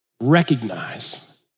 recognize